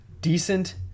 decent